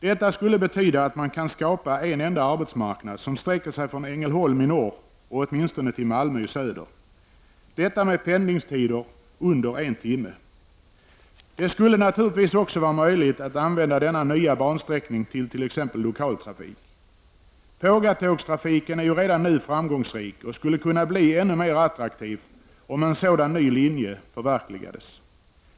Detta skulle betyda att man kan skapa en enda arbetsmarknad som sträcker sig från Ängelholm i norr och åtminstone till Malmö i söder, och detta med pendlingstider under en timme. Det skulle naturligtvis också vara möjligt att använda denna nya bansträckning tillt.ex. lokaltrafik. Pågatågstrafiken är ju redan nu framgångsrik och skulle kunna bli ännu mer attraktiv om en sådan ny linje förverkligades.